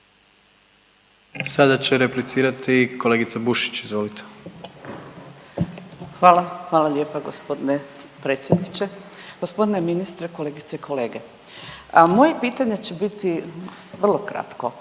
Sada će replicirati kolegica Bušić, izvolite. **Bušić, Zdravka (HDZ)** Hvala, hvala lijepa g. predsjedniče. Gospodine ministre, kolegice i kolege, a moje pitanje će biti vrlo kratko.